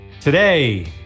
Today